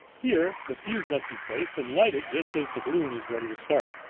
here the fuse must be placed and lighted just as the balloon is ready to start.